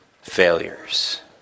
failures